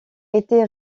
été